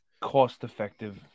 cost-effective